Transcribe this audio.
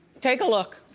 take a look.